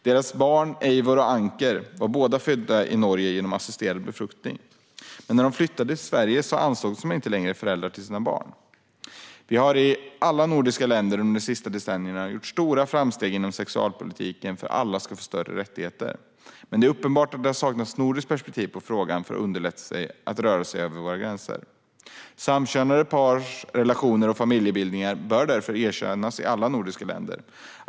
Deras barn Eivor och Anker är båda födda i Norge genom assisterad befruktning. Men när familjen flyttade till Sverige ansågs Ylva och Merethe inte längre vara föräldrar till sina barn. Alla nordiska länder har under de senaste decennierna gjort stora framsteg inom sexualpolitiken för att alla ska få bättre rättigheter. Men det är uppenbart att det saknas ett nordiskt perspektiv i frågan för att underlätta att röra sig över våra gränser. Samkönade pars relationer och familjebildning bör erkännas i alla nordiska länder.